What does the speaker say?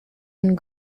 and